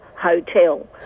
Hotel